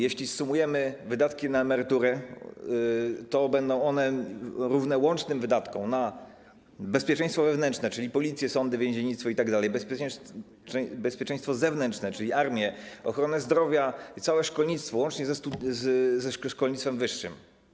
Jeśli zsumujemy wydatki na emerytury, to będą one równe łącznym wydatkom na bezpieczeństwo wewnętrze, czyli policję, sądy, więziennictwo itd., bezpieczeństwo zewnętrzne, czyli armię, ochronę zdrowia i całe szkolnictwo, łącznie ze szkolnictwem wyższym.